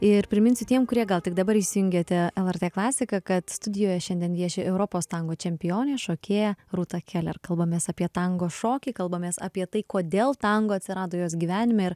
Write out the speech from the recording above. ir priminsiu tiem kurie gal tik dabar įsijungėte lrt klasiką kad studijoje šiandien vieši europos tango čempionė šokėja rūta keler kalbamės apie tango šokį kalbamės apie tai kodėl tango atsirado jos gyvenime ir